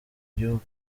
gihugu